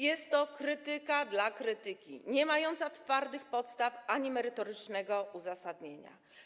Jest to krytyka dla krytyki, niemająca twardych podstaw ani merytorycznego uzasadnienia.